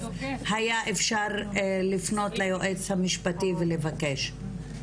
היה אפשר לפנות ליועץ המשפטי ולבקש.